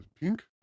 pink